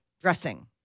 dressing